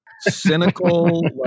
cynical